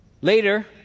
Later